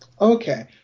Okay